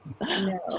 No